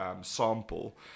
sample